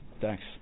Thanks